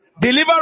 deliver